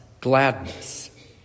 gladness